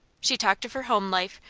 she talked of her home life,